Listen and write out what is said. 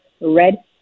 red